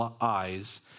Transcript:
eyes